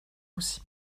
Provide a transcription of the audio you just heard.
aussi